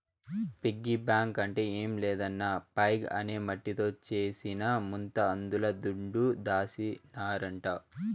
piggy bank అంటే ఏం లేదన్నా పైగ్ అనే మట్టితో చేసిన ముంత అందుల దుడ్డు దాసినారంట